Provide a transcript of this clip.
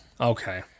Okay